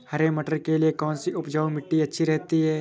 हरे मटर के लिए कौन सी उपजाऊ मिट्टी अच्छी रहती है?